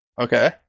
Okay